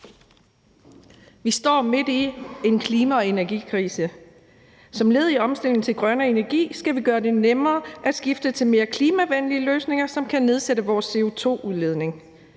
Vi står midt i en klima- og energikrise. Som led i omstillingen til grønnere energi skal vi gøre det nemmere at skifte til mere klimavenlige løsninger, som kan nedsætte vores CO2-udledning.